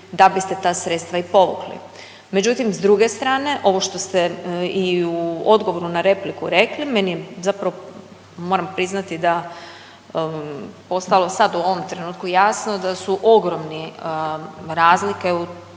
da biste ta sredstva i povukli. Međutim s druge strane ovo što ste i u odgovoru na repliku rekli, meni je zapravo moram priznati da postalo sad u ovom trenutku jasno da su ogromni razlike u